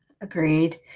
Agreed